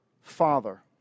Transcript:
Father